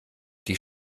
die